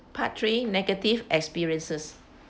part three negative experiences